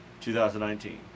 2019